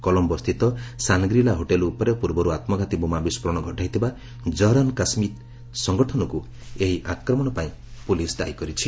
କଲମ୍ବୋସ୍ଥିତ Shangri La hotel ଉପରେ ପୂର୍ବରୁ ଆତ୍ମଘାତୀ ବୋମା ବିସ୍ଫୋରଣ ଘଟାଇଥିବା ଜହରନ୍ କାଶୀମ୍ ସଂଗଠନକୁ ଏହି ଆକ୍ରମଣ ପାଇଁ ପୁଲିସ୍ ଦାୟୀ କରିଛି